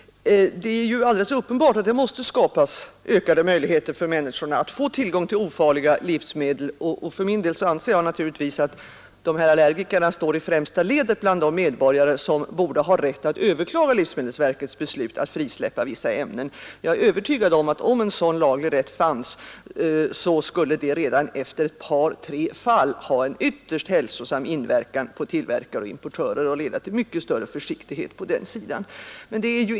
Det är alldeles uppenbart att det måste skapas ökade möjligheter för människorna att få tillgång till ofarliga livsmedel. För min del anser jag naturligtvis att dessa allergiker står i främsta ledet bland de medborgare som borde ha rätt att överklaga livsmedelsverkets beslut att frisläppa vissa ämnen. Jag är övertygad om att om en sådan laglig rätt fanns, skulle det redan efter ett par, tre fall ha en ytterst hälsosam inverkan på tillverkare och importörer och leda till mycket större försiktighet på den sidan.